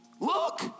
Look